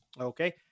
Okay